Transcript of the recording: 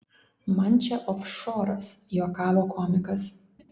man čia ofšoras juokavo komikas